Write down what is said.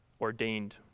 ordained